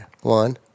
one